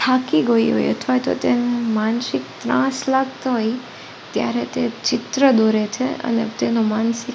થાકી ગઈ હોય અથવા તો તેના માનસિક ત્રાસ લાગતો હોય ત્યારે તે ચિત્ર દોરે છે અને તેનો માનસિક